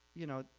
you know,